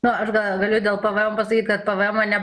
na aš gal galiu dėl pvm pasakyt kad pvmą ne